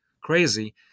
crazy